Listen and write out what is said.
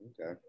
Okay